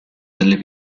delle